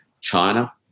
China